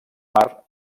mar